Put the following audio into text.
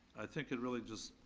think it really just,